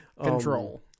control